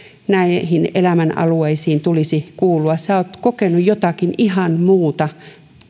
näihin elämänalueisiin tulisi kuulua sinä olet kokenut jotakin ihan muuta